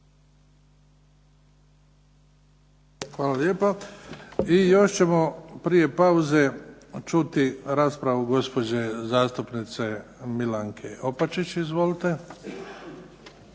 Hvala lijepa. I još ćemo prije pauze čuti raspravu gospođe zastupnice Milanke Opačić. Izvolite.